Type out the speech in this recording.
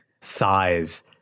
size